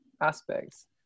aspects